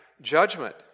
judgment